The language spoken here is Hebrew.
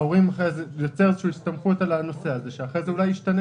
שההורים יסתמכו עליו ואחר כך הוא ישתנה